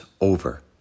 over